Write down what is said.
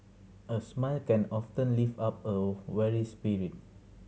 a smile can often lift up a weary spirit